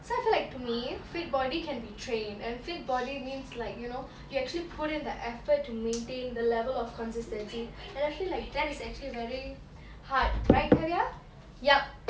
so I feel like to me fit body can be trained and fit body means like you know you actually put in the effort to maintain the level of consistency and I feel like that is actually very hard right kadya yup